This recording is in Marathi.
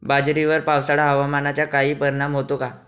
बाजरीवर पावसाळा हवामानाचा काही परिणाम होतो का?